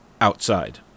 outside